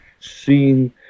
seen